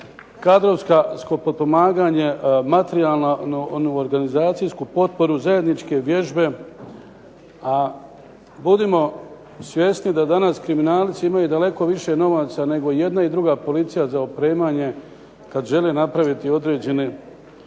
kadrovsko potpomaganje, materijalnu organizacijsku potporu, zajedničke vježbe. A budimo svjesni da danas kriminalci imaju daleko više novaca nego jedna i druga policija za opremanje kad žele napraviti određene